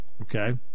Okay